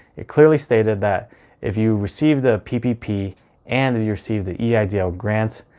it clearly stated that if you receive the ppp and you receive the eidl grant,